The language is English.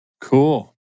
Cool